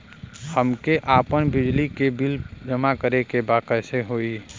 हमके आपन बिजली के बिल जमा करे के बा कैसे होई?